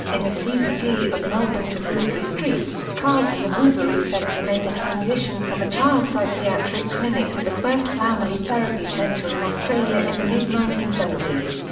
in the cbd of melbourne to bouverie street, carlton. the bouverie centre made the transition from a child psychiatric clinic to the first family therapy centre in australia in the mid nineteen seventy s.